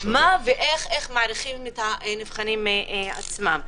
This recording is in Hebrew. מה ואיך, ואיך מעריכים את הנבחנים עצמם.